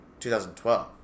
2012